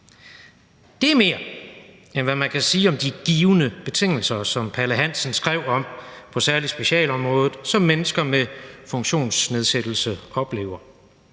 Det er mere, end hvad man kan sige om de givne betingelser, som Palle Hansen skrev om, særlig på specialområdet, og som mennesker med funktionsnedsættelse oplever.